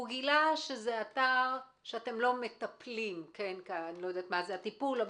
הוא גילה שזה אתר שאתם לא מטפלים לא יודעת מה זה הטיפול,